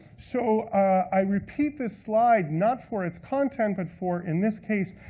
so i repeat this slide, not for its content, but for, in this case,